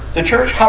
the church? how,